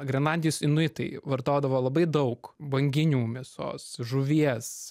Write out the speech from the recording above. grenlandijos inuitai vartodavo labai daug banginių mėsos žuvies